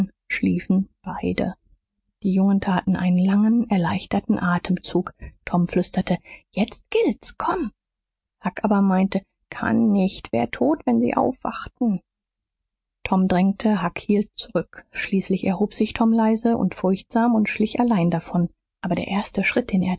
schliefen beide die jungen taten einen langen erleichterten atemzug tom flüsterte jetzt gilt's komm huck aber meinte kann nicht wär tot wenn sie aufwachten tom drängte huck hielt zurück schließlich erhob sich tom leise und furchtsam und schlich allein davon aber der erste schritt den